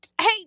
hey